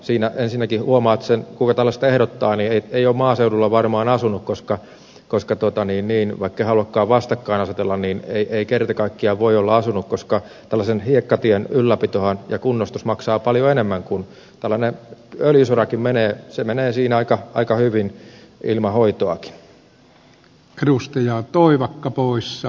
siinä ensinnäkin huomaat sen että joka tällaista ehdottaa ei ole maaseudulla varmaan asunut vaikka en haluakaan vastakkain asetella ei kerta kaikkiaan ole voinut asua koska tällaisen hiekkatien ylläpito ja kunnostushan maksavat paljon enemmän kuin tällainen öljysorakin joka menee siinä aika hyvin ilman hoitoakin